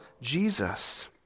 Jesus